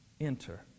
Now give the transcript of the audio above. enter